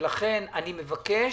ולכן, אני מבקש,